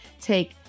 Take